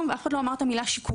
אבל אף אחד לא אמר את המילה שיקום.